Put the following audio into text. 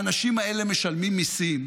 האנשים האלה משלמים מיסים,